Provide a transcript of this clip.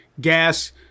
Gas